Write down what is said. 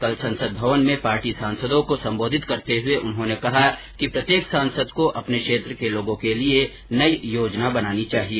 कल संसद भवन में पार्टी सांसदों को संबोधित करते हुए उन्होंने कहा कि प्रत्येक सांसद को अपने क्षेत्र के लोगों के लिए नई योजना बनानी चाहिए